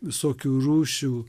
visokių rūšių